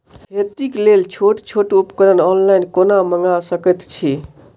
खेतीक लेल छोट छोट उपकरण ऑनलाइन कोना मंगा सकैत छी?